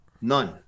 none